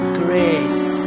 grace